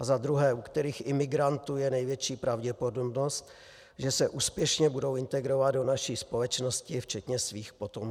Za druhé, u kterých imigrantů je největší pravděpodobnost, že se úspěšně budou integrovat do naší společnosti, včetně svých potomků.